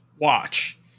watch